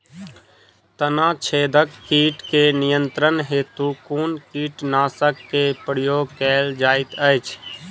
तना छेदक कीट केँ नियंत्रण हेतु कुन कीटनासक केँ प्रयोग कैल जाइत अछि?